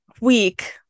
week